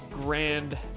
Grand